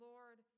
Lord